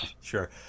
Sure